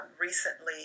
recently